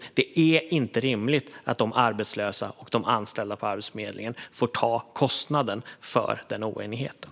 Det är inte rimligt att de arbetslösa och de anställda på Arbetsförmedlingen får ta kostnaden för den oenigheten.